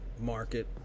market